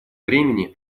времени